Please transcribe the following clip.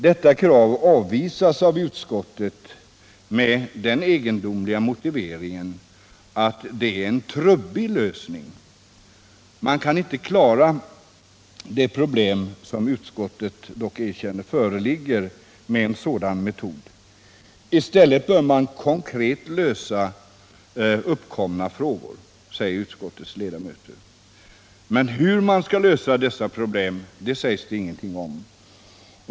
Detta krav avvisas av utskottet med den egendomliga motiveringen att det är en ”trubbig” lösning och att man inte kan klara de problem som utskottet dock erkänner föreligger med en sådan metod. I stället bör man konkret söka lösa uppkomna frågor, säger utskottets ledamöter. Men hur man skall lösa dessa problem sägs det ingenting om.